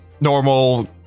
normal